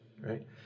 right